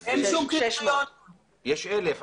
600. אין שום קריטריון --- יש 1,000,